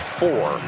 four